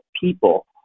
people